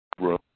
room